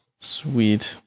Sweet